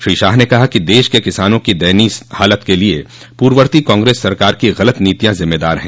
श्री शाह ने कहा कि देश के किसानों की दयनीय हालत के लिये पूर्ववर्ती कांग्रेस सरकार की गलत नीतियां जिम्मेदार है